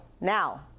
now